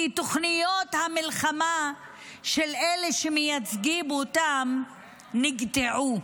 כי תוכניות המלחמה של אלה שמייצגים אותם נגדעו.